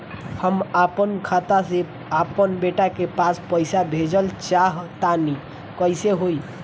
हम आपन खाता से आपन बेटा के पास पईसा भेजल चाह तानि कइसे होई?